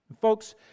Folks